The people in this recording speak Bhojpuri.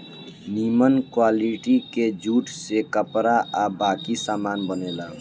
निमन क्वालिटी के जूट से कपड़ा आ बाकी सामान बनेला